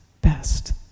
best